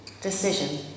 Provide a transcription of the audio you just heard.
decision